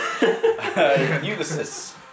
Ulysses